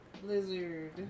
Blizzard